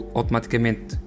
automaticamente